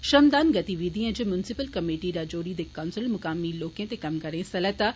श्रमदान गतिविधिएं इच म्यूनिसिपल कमेटी राजौरी दे कौंसलर मकामी लोकें ते कम्मगारें हिस्सा लैत्ता